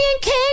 King